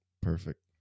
Perfect